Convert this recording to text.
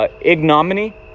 ignominy